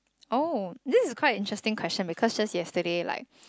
oh this is quite a interesting question because just yesterday like